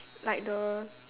like the